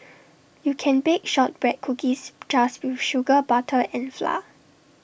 you can bake Shortbread Cookies just with sugar butter and flour